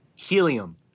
Helium